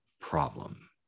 problem